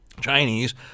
Chinese